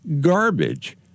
garbage